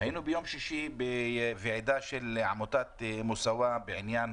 היינו בוועידה של עמותת מוסאווה בעניין